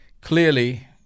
clearly